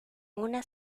una